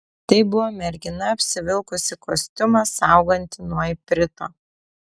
tai buvo mergina apsivilkusi kostiumą saugantį nuo iprito